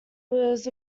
was